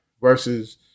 versus